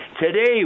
Today